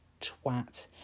Twat